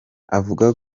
avuga